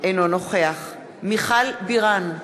אינו נוכח מיכל בירן,